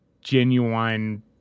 genuine